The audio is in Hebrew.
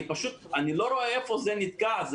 אני לא רואה היכן זה נתקע.